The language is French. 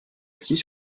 petit